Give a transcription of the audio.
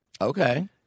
Okay